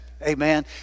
Amen